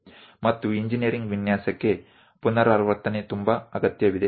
ಮತ್ತು ಇಂಜಿನೀರಿಂಗ್ ವಿನ್ಯಾಸಕ್ಕೆ ಪುನರಾವರ್ತನೆ ತುಂಬಾ ಅಗತ್ಯವಿದೆ